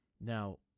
Now